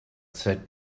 said